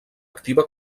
activa